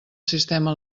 sistema